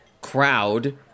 crowd